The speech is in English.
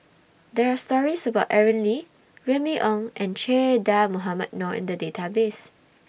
There Are stories about Aaron Lee Remy Ong and Che Dah Mohamed Noor in The Database